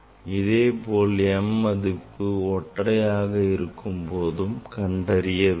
இதேபோல் m மதிப்பு ஒற்றையாக இருக்கும் போது கண்டறிய வேண்டும்